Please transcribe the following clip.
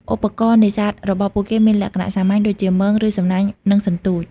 ឧបករណ៍នេសាទរបស់ពួកគេមានលក្ខណៈសាមញ្ញ ដូចជា មង ឬ សំណាញ់ និងសន្ទូច។